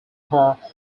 horse